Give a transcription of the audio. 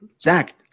Zach